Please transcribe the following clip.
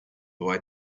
why